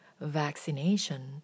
vaccination